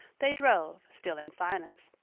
they drove, still in silence.